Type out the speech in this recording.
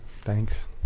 Thanks